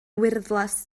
wyrddlas